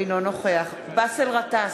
אינו נוכח באסל גטאס,